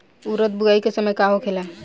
उरद बुआई के समय का होखेला?